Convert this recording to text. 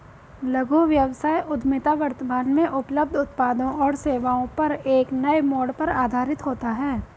लघु व्यवसाय उद्यमिता वर्तमान में उपलब्ध उत्पादों और सेवाओं पर एक नए मोड़ पर आधारित होता है